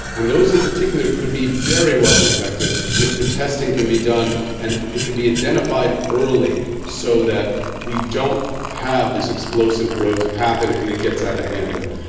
and those in particular could be very well-protected if the testing can be done and it can be identified early so that we don't have this explosive growth happen and it gets out of hand there.